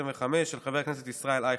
פ/1557/25, של חבר הכנסת ישראל אייכלר.